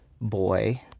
boy